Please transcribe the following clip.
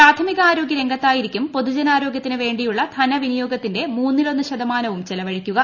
പ്രാഥമിക ആരോഗൃ രംഗത്തായിരിക്കും പൊതുജനാരോഗൃത്തിന് വേണ്ടിയുള്ള ധനവിനിയോഗത്തിന്റെ മൂന്നിലൊന്ന് ശതമാനവും ചെലവഴിക്കുക